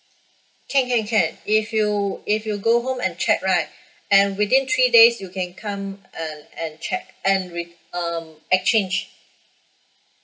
can can can if you if you go home and check right and within three days you can come err and check and re~ um exchange